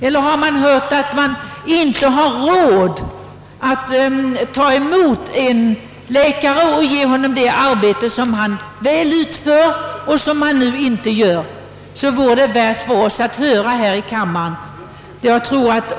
Eller menar man att vi inte har råd att ta emot en läkare och ge honom det arbete, som han kan utföra, men som han nu inte utför? Det vore värdefullt för oss här i kammaren att få höra det.